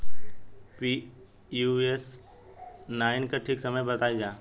Pusa nine के ठीक समय बताई जाई?